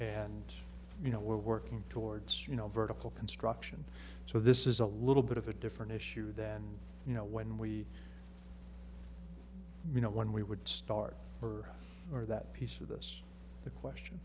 and you know we're working towards you know vertical construction so this is a little bit of a different issue than you know when we you know when we would start for or that piece of this the question